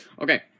Okay